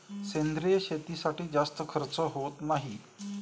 सेंद्रिय शेतीसाठी जास्त खर्च होत नाही